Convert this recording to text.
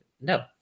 no